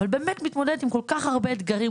אבל באמת מתמודדת עם כל כך הרבה אתגרים,